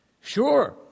Sure